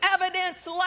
evidence